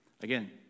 Again